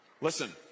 Listen